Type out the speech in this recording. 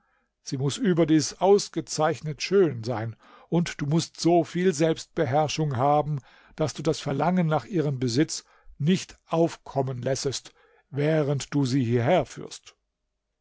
sie muß überdies ausgezeichnet schön sein und du mußt so viel selbstbeherrschung haben daß du das verlangen nach ihrem besitz nicht aufkommen lässest während du sie hierher führst